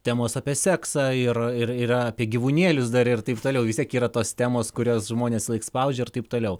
temos apie seksą ir yra apie gyvūnėlius dar ir taip toliau vis tiek yra tos temos kurias žmonės visą laik spaudžia ir taip toliau